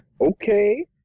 Okay